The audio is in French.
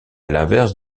l’inverse